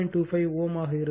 25 Ω ஆக இருக்கும்